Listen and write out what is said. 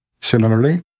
Similarly